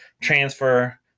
transfer